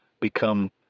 become